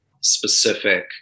specific